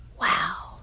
wow